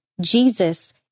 Jesus